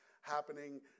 happening